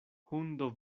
hundo